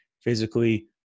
physically